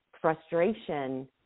frustration